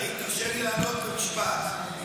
תרשה לי לענות במשפט.